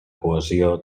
cohesió